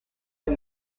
per